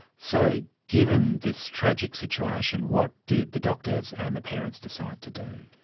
so given this tragic situation, what did the doctors and the parents decide to do?